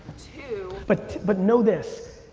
two but but know this.